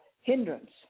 hindrance